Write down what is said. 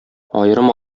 аерым